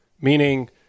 Meaning